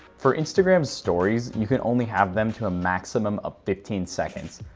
for instagrams stories you can only have them to a maximum of fifteen seconds.